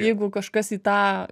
jeigu kažkas į tą